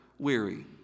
weary